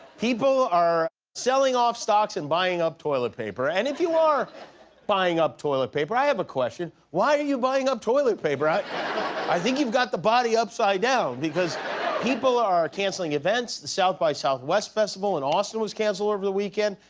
people are selling off stocks and buying up toilet paper. and if you are buying up toilet paper, i have a question. why are you buying up toilet paper? i i think you've got the body upside down because people are canceling events. the south by southwest festival in austin was canceled over the weekend.